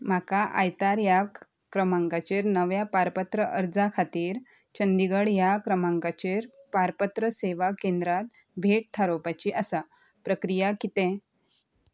म्हाका आयतार ह्या क्रमांकाचेर नव्या पारपत्र अर्जा खातीर चंदीगड ह्या क्रमांकाचेर पारपत्र सेवा केंद्रांत भेट थारोवपाची आसा प्रक्रिया कितें